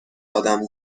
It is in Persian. آدم